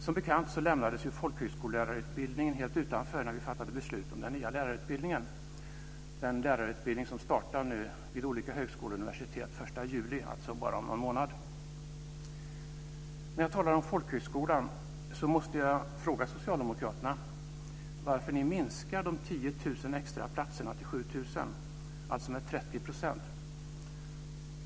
Som bekant lämnades ju folkhögskolelärarutbildningen helt utanför när vi fattade beslut om den nya lärarutbildningen, den lärarutbildning som startar vid olika högskolor och universitet nu den 1 juli, alltså om bara någon månad. När jag talar om folkhögskolan måste jag fråga socialdemokraterna varför de minskar de 10 000 extra platserna till 7 000, alltså med 30 %.